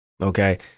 Okay